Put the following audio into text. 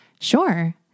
Sure